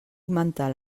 mental